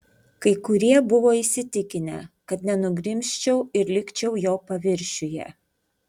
kai kurie buvo įsitikinę kad nenugrimzčiau ir likčiau jo paviršiuje